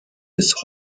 bis